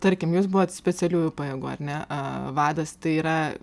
tarkim jūs buvot specialiųjų pajėgų ar ne vadas tai yra